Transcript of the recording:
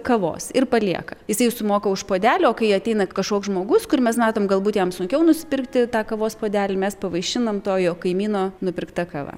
kavos ir palieka jisai sumoka už puodelį o kai ateina kažkoks žmogus kur mes matom galbūt jam sunkiau nusipirkti tą kavos puodelį mes pavaišinam to jo kaimyno nupirkta kava